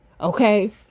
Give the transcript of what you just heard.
Okay